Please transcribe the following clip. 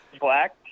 black